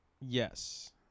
Yes